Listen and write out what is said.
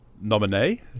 nominee